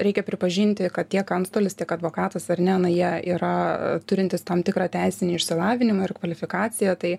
reikia pripažinti kad tiek antstolis tiek advokatas ar ne na jie yra turintys tam tikrą teisinį išsilavinimą ir kvalifikaciją tai